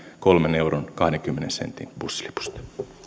kolmen euron kahdenkymmenen sentin bussilipusta